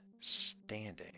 standing